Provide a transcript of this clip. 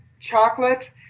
chocolate